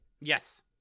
Yes